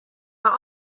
but